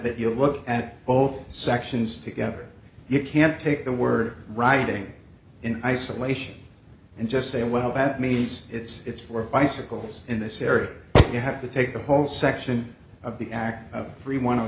that you look at both sections together you can't take the word writing in isolation and just say well that means it's for bicycles in this area you have to take the whole section of the act of every one o